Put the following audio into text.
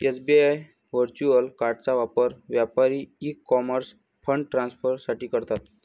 SBI virtual कार्डचा वापर व्यापारी ई कॉमर्स फंड ट्रान्सफर साठी करतात